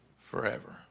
forever